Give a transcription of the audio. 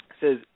says